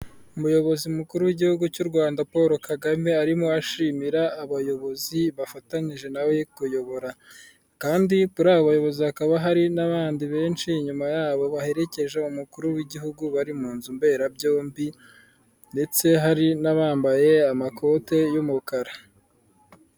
Umuyobozi mukuru w'igihugu cy'u Rwanda Paul Kagame, arimo ashimira abayobozi bafatanyije na we kuyobora kandi kuri aba bayobozi hakaba hari n'abandi benshi inyuma yabo baherekeje umukuru w'igihugu bari mu nzu mberabyombi ndetse hari n'abambaye amakote y'umukara.